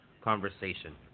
conversation